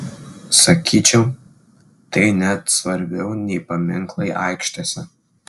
sakyčiau tai net svarbiau nei paminklai aikštėse